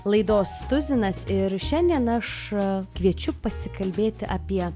laidos tuzinas ir šiandien aš kviečiu pasikalbėti apie